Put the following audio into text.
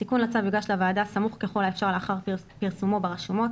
התיקון לצו יוגש לוועדה בסמוך ככל האפשר לאחר פרסומו ברשומות